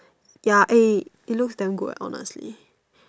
ya eh it looks damn good ah honestly